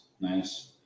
Nice